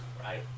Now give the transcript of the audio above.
right